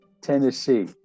tennessee